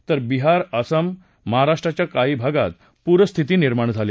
तर बिहार असम आणि महाराष्ट्राच्या काही भागात पूरस्थिती निर्माण झाली